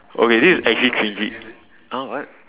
okay this is actually cringey !huh! what